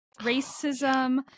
Racism